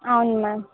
అవును మ్యామ్